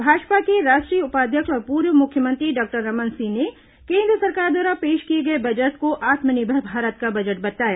भाजपा के राष्ट्रीय उपाध्यक्ष और पूर्व मुख्यमंत्री डॉक्टर रमन सिंह ने केन्द्र सरकार द्वारा पेश किए गए बजट को आत्मनिर्भर भारत का बजट बताया